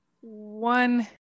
one